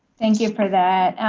thank you for that.